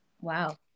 wow